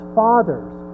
fathers